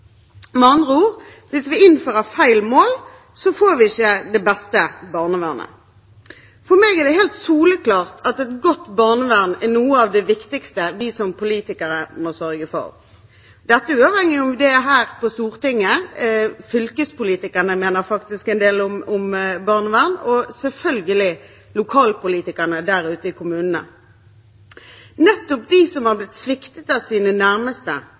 Med andre ord, hvis vi innfører feil mål, får vi ikke det beste barnevernet. For meg er det helt soleklart at et godt barnevern er noe av det viktigste vi som politikere må sørge for. Dette er uavhengig av om det er her på Stortinget. Fylkespolitikerne mener faktisk en del om barnevern, og selvfølgelig lokalpolitikerne der ute i kommunene. Det er nettopp de som har blitt sviktet av sine nærmeste,